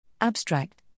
Abstract